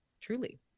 truly